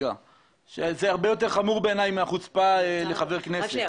הפסיקה שבעיניי זה יותר חמור מהחוצפה כלפי חבר כנסת.